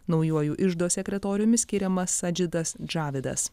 naujuoju iždo sekretoriumi skiriamas adžidas džavidas